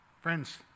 Friends